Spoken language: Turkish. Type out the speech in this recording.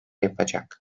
yapacak